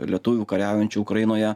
lietuvių kariaujančių ukrainoje